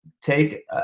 take